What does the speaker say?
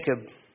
Jacob